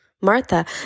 Martha